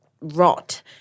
rot